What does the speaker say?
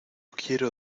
quiero